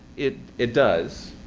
it it does.